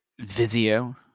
Vizio